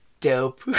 dope